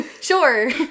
Sure